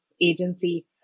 agency